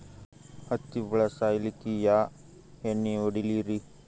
ಹತ್ತಿ ಹುಳ ಸಾಯ್ಸಲ್ಲಿಕ್ಕಿ ಯಾ ಎಣ್ಣಿ ಹೊಡಿಲಿರಿ?